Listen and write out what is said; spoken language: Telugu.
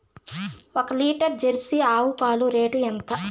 ఒక లీటర్ జెర్సీ ఆవు పాలు రేటు ఎంత?